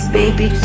baby